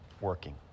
working